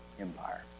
Empire